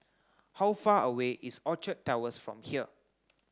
how far away is Orchard Towers from here